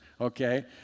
Okay